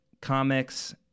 comics